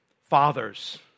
fathers